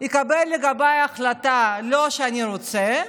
יקבל החלטה לגביי לא כפי שאני רוצה,